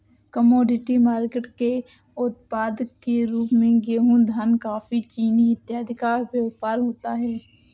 commodity market के उत्पाद के रूप में गेहूं धान कॉफी चीनी इत्यादि का व्यापार होता है